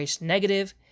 negative